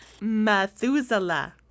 Methuselah